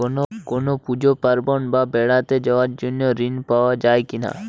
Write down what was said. কোনো পুজো পার্বণ বা বেড়াতে যাওয়ার জন্য ঋণ পাওয়া যায় কিনা?